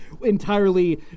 entirely